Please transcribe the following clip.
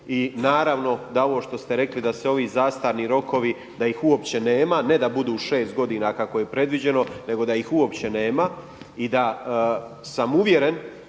I naravno da ovo što ste rekli da se ovi zastarni rokovi da ih uopće nema, ne da budu u 6 godina kako je predviđeno nego da ih uopće nema i da sam uvjeren